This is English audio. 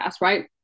right